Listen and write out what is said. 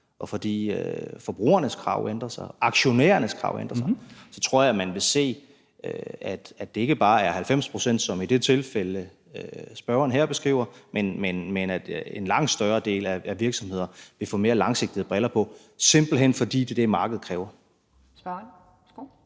og fordi forbrugernes krav ændrer sig og aktionærernes krav ændrer sig. Jeg tror, at man vil se, at det ikke bare er 90 pct. som i det tilfælde, som spørgeren her beskriver, men at en langt større del af virksomhederne vil få mere langsigtede briller på, simpelt hen fordi det er det, markedet kræver. Kl.